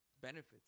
benefits